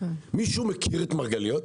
מישהו מכיר את מרגליות?